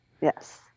Yes